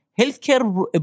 healthcare